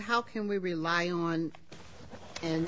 how can we rely on an